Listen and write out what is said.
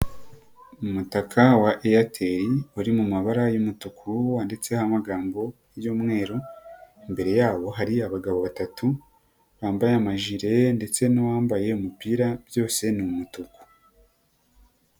Umutaka wa Airtel, uri mu mabara y'umutuku wanditseho amagambo y'umweru. Imbere yabo hari abagabo batatu, bambaye amajire ndetse n'uwambaye umupira, byose ni umutuku.